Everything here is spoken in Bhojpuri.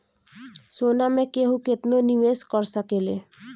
सोना मे केहू केतनो निवेस कर सकेले